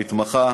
המתמחה